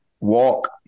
walk